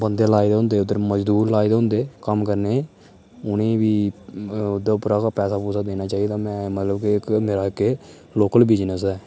बंदे लाए दे होंदे उद्धर मजदूर लाए दे होंदे कम्म करने ई उ'नें ई बी ओह्दे उप्परा गै पैसा पूसा देना चाहिदा में मतलब कि इक मेरा इक एह् लोकल बिजनस ऐ